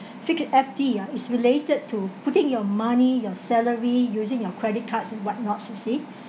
figured F_D ah is related to putting your money your salary using your credit cards and what not you see